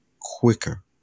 quicker